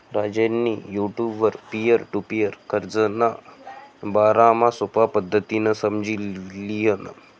राजेंनी युटुबवर peer to peer कर्जना बारामा सोपा पद्धतीनं समझी ल्हिनं